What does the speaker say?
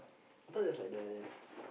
I thought there's like the